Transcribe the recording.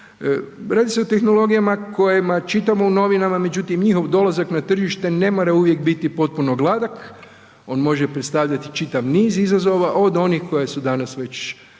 Radi se o tehnologijama o kojima čitamo u novinama međutim njihovom dolazak na tržište ne mora uvijek biti potpuno gladak, on može predstavljati čitav niz izazova, od onih koja su danas već